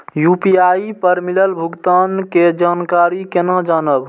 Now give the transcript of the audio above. UPI पर मिलल भुगतान के जानकारी केना जानब?